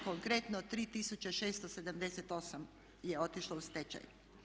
Konkretno 3678 je otišlo u stečaj.